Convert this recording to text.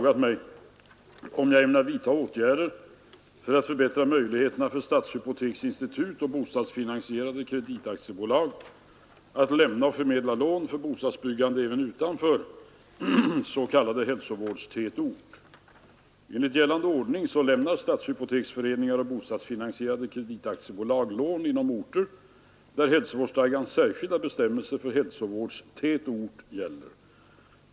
att förbättra möjligheterna för stadshypoteksinstitut och bostadsfinansierande kreditaktiebolag att lämna och förmedla lån för bostadsbyggande även utanför s.k. hälsovårdstätort. Enligt gällande ordning kan stadshypoteksföreningar och bostadsfinansierande kreditaktiebolag lämna lån inom orter där hälsovårds gans särskilda bestämmelser för hälsovårdstätort gäller.